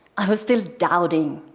i was still doubting.